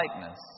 likeness